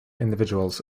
individuals